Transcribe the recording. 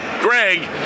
Greg